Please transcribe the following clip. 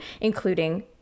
including